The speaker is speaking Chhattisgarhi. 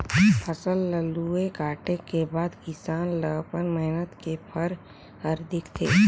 फसल ल लूए काटे बादे मे किसान ल अपन मेहनत के फर हर दिखथे